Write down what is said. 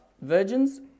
virgins